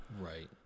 Right